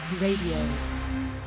Radio